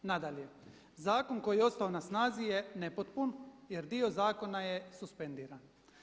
Nadalje, zakon koji je ostao na snazi je nepotpun jer dio zakona je suspendiran.